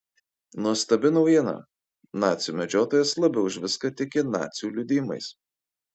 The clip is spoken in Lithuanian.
nuostabi naujiena nacių medžiotojas labiau už viską tiki nacių liudijimais